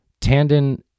Tandon